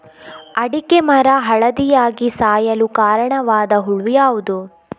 ಅಡಿಕೆ ಮರ ಹಳದಿಯಾಗಿ ಸಾಯಲು ಕಾರಣವಾದ ಹುಳು ಯಾವುದು?